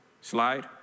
Slide